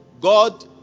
God